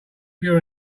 pure